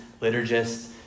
liturgists